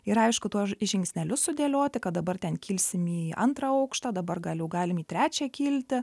ir aišku tuos žingsnelius sudėlioti kad dabar ten kilsim į antrą aukštą dabar galiu galim į trečią kilti